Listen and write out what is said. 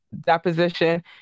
deposition